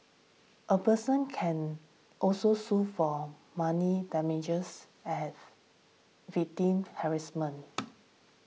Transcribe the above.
a person can also sue for money damages I have victim harassment